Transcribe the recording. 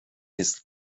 ist